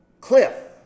cliff